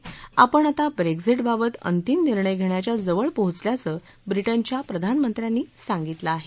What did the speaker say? आता आपण ब्रेक्झ विवित अंतिम निर्णय घेण्याच्या जवळ पोहोचल्याचं ब्रिजेच्या प्रधानमंत्र्यांनी सांगितलं आहे